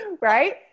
Right